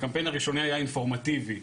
הקמפיין הראשוני היה אינפורמטיבי,